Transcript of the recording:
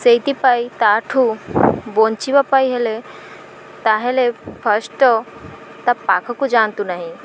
ସେଇଥିପାଇଁ ତା'ଠୁ ବଞ୍ଚିବା ପାଇଁ ହେଲେ ତାହେଲେ ଫାର୍ଷ୍ଟ ତା ପାଖକୁ ଯାଆନ୍ତୁ ନାହିଁ